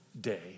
day